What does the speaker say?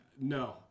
No